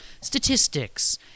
statistics